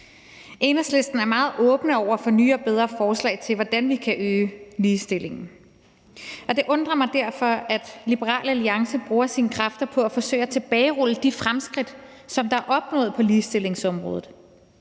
Enhedslisten er meget åbne over for nye og bedre forslag til, hvordan vi kan øge ligestillingen. Og det undrer mig derfor, at Liberal Alliance bruger sine kræfter på at forsøge at tilbagerulle de fremskridt, som der er opnået på ligestillingsområdet.